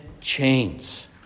chains